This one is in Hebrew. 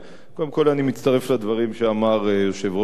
אני מצטרף לדברים שאמר יושב-ראש הקואליציה.